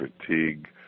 fatigue